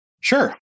Sure